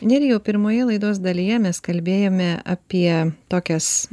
nerijau pirmoje laidos dalyje mes kalbėjome apie tokias